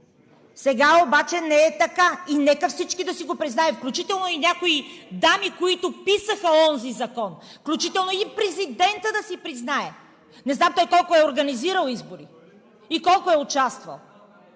Сега обаче не е така и нека всички да си го признаят, включително и някои дами, които писаха онзи закон! Включително президентът да си признае. Не знам той колко е организирал избори и доколко е участвал?